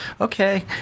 okay